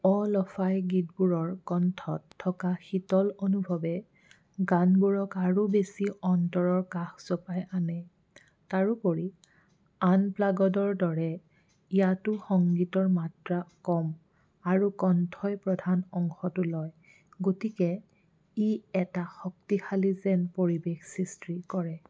অঁ lofi গীতবোৰৰ কণ্ঠত থকা শীতল অনুভৱে গানবোৰক আৰু বেছি অন্তৰৰ কাষ চপাই আনে তাৰোপৰি আনপ্লাগডৰ দৰে ইয়াতো সংগীতৰ মাত্ৰা কম আৰু কণ্ঠই প্ৰধান অংশটো লয় গতিকে ই এটা শক্তিশালী যেন পৰিৱেশ সৃষ্টি কৰে